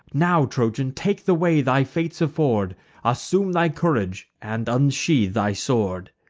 now, trojan, take the way thy fates afford assume thy courage, and unsheathe thy sword.